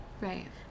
Right